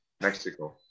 Mexico